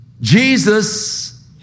Jesus